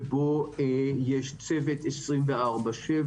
ושבו יש צוות 24/7,